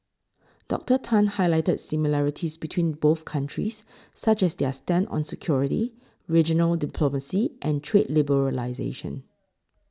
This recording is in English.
Doctor Tan highlighted similarities between both countries such as their stand on security regional diplomacy and trade liberalisation